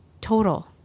Total